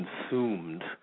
consumed